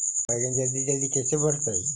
बैगन जल्दी जल्दी कैसे बढ़तै?